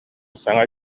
саҥа